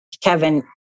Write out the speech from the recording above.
Kevin